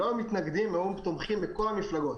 לא היו מתנגדים, אלא רק תומכים בכל המפלגות.